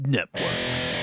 Networks